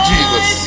Jesus